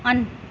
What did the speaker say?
on